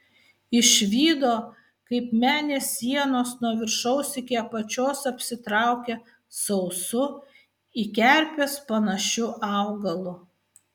išvydo kaip menės sienos nuo viršaus iki apačios apsitraukia sausu į kerpes panašiu augalu